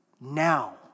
now